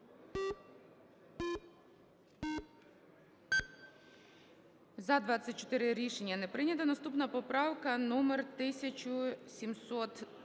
За-14 Рішення не прийнято. Наступна поправка номер 1715.